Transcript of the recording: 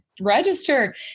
register